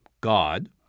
God